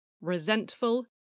resentful